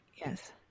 Yes